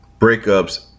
breakups